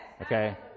okay